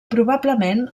probablement